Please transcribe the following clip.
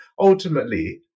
ultimately